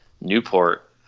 Newport